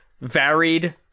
varied